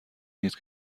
ایست